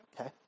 Okay